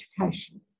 education